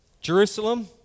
Jerusalem